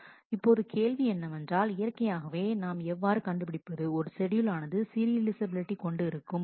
இப்பொழுது கேள்வி என்னவென்றால் இயற்கையாகவே நாம் எவ்வாறு கண்டுபிடிப்பது ஒரு ஷெட்யூல் ஆனது சீரியலைஃசபிலிட்டி கொண்டு இருக்கும் போது